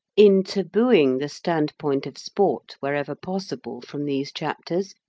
in tabooing the standpoint of sport, wherever possible, from these chapters,